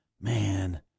man